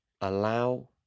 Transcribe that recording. allow